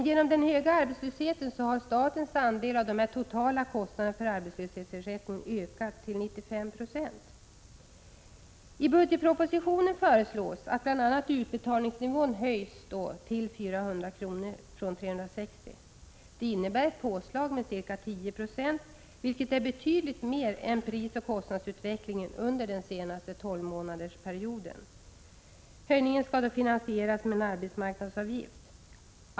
Genom den höga arbetslösheten har dock statens andelar av de totala kostnaderna för arbetslöshetsersättningen ökat till 95 Ho. I budgetpropositionen föreslås bl.a. att utbetalningsnivån höjs från 360 kr. till 400 kr. per dag. Det innebär ett påslag med ca 10 9, vilket är betydligt mer än prisoch kostnadsutvecklingen under den senaste 12-månadersperioden. Höjningen skall finansieras genom en arbetsmarknadsavgift.